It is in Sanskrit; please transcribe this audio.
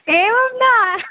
एवं न